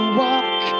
walk